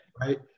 right